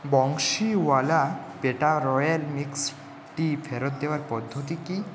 Bansiwala petha royal mix টি ফেরত দেওয়ার পদ্ধতি কী